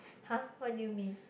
!huh! what do you mean